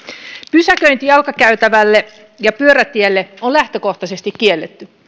pysäköinti jalkakäytävälle ja pyörätielle on lähtökohtaisesti kielletty